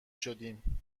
شدیم